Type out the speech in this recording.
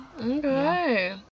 okay